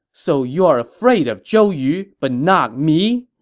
so you are afraid of zhou yu, but not me!